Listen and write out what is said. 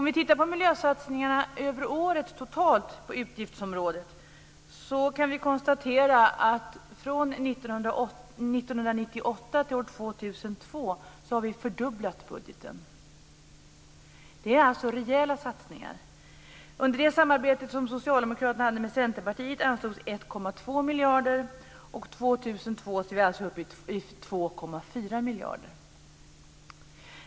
Vad gäller miljösatsningarna totalt över året på utgiftsområdet kan konstateras att vi från 1998 till 2002 har fördubblat budgeten. Det är alltså fråga om rejäla satsningar. Under det samarbete som Socialdemokraterna hade med Centerpartiet anslogs 1,2 miljarder kronor, och för 2002 är vi uppe i 2,4 miljarder.